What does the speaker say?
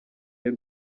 y’u